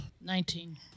Nineteen